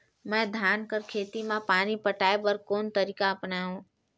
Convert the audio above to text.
मैं धान कर खेती म पानी पटाय बर कोन तरीका अपनावो?